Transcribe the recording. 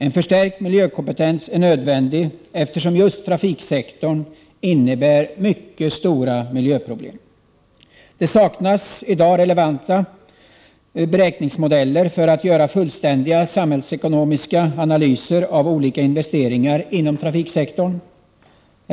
En förstärkning av miljökompetensen är nödvändig, eftersom just trafiksektorn innebär mycket stora miljöproblem. Det saknas i dag relevanta beräkningsmodeller för fullständiga samhällsekonomiska analyser av olika investeringar inom trafiksektorn.